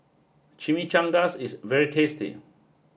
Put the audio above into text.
Chimichangas is very tasty